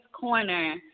Corner